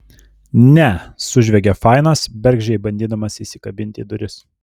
ne sužviegė fainas bergždžiai bandydamas įsikabinti į duris